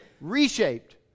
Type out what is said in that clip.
Reshaped